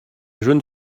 jeune